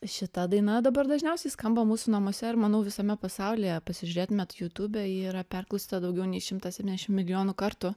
šita daina dabar dažniausiai skamba mūsų namuose ir manau visame pasaulyje pasižiūrėtumėt jutube ji yra perklausyta daugiau nei šimtas septyniasdešim milijonų kartų